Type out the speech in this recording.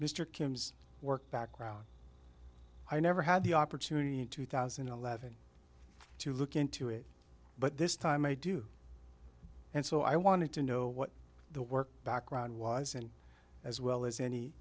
mr kim's work background i never had the opportunity in two thousand and eleven to look into it but this time i do and so i wanted to know what the work background was and as well as any